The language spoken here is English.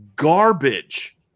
garbage